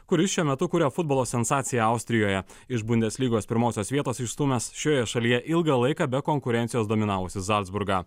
kuris šiuo metu kuria futbolo sensaciją austrijoje iš bundeslygos pirmosios vietos išstūmęs šioje šalyje ilgą laiką be konkurencijos dominavusį zalcburgą